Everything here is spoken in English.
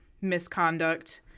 misconduct